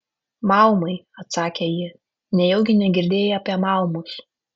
maumai atsakė ji nejaugi negirdėjai apie maumus